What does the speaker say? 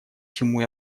чему